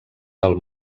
del